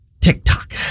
tiktok